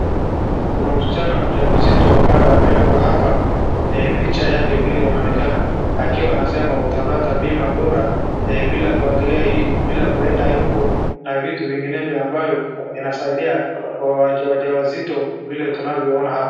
Kuna msichana mjamzito ambaye amewekwa hapa, picha yake vile inaonekana, akiwa anasema utapata bima bora bila kuenda huko na vitu vingenevyo mbavyo vinasaidia wajawazito vile tunavyoona hapa.